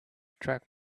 track